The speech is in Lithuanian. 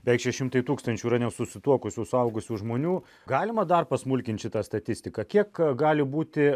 beveik šeši šimtai tūkstančių yra nesusituokusių suaugusių žmonių galima dar pasmulkint šita statistika kiek gali būti